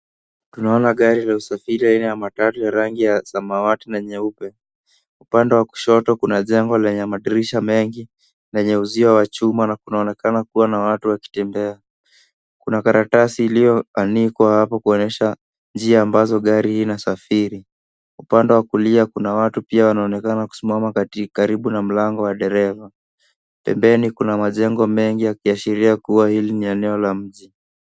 Tunaona gari la usafiri aina ya matatu la rangi samawati na nyeupe. Upande wa kushoto kuna jengo lenye madirisha mengi lenye uzio wa chuma na unaonekana kuwa na watu wakitembea. Kuna karatasi iliyoanikwa hapo kuonyesha njia ambazo gari husafiri. Upande wa kulia kuna watu pia wanaonekana kusimama karibu na mlango wa dereva. Pembeni kuna majengo mengi yakiashiria hili ni eneo la mjini.